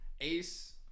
Ace